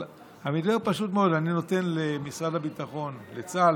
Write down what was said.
אבל המתווה פשוט מאוד: אני נותן למשרד הביטחון או לצה"ל